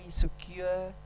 secure